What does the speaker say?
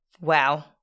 Wow